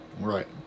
Right